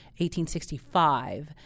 1865